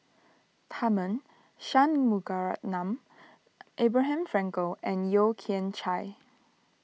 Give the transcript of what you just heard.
Tharman Shanmugaratnam Abraham Frankel and Yeo Kian Chye